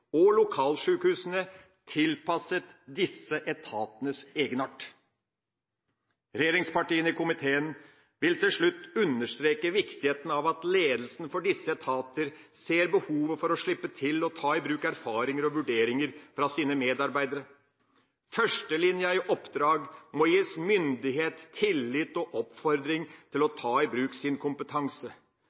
og lokalsykehusene tilpasset disse etatenes egenart. Regjeringspartiene i komiteene vil til slutt understreke viktigheten av at ledelsen for disse etater ser behovet for å slippe til og ta i bruk erfaringer og vurderinger fra sine medarbeidere. Førstelinja i oppdrag må gis myndighet, tillit og oppfordring til å ta i bruk sin kompetanse.